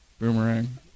Boomerang